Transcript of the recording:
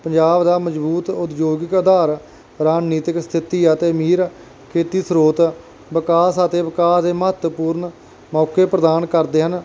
ਪੰਜਾਬ ਦਾ ਮਜ਼ਬੂਤ ਉਦਯੋਗਿਕ ਆਧਾਰ ਰਾਜਨੀਤਿਕ ਸਥਿਤੀ ਅਤੇ ਅਮੀਰ ਖੇਤੀ ਸਰੋਤ ਵਿਕਾਸ ਅਤੇ ਵਿਕਾਸ ਦੇ ਮਹੱਤਵਪੂਰਨ ਮੌਕੇ ਪ੍ਰਦਾਨ ਕਰਦੇ ਹਨ